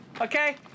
okay